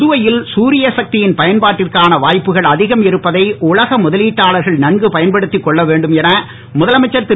புதுவையில் சூரிய சத்தியின் பயன்பாட்டிற்கான வாய்ப்புகள் அதிகம் இருப்பதை உலக முதலீட்டாளர்கள் நன்கு பயன்படுத்திக் கொள்ள வேண்டும் என முதலமைச்சர் திரு